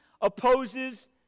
Opposes